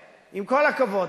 עם כל הכבוד.